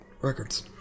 records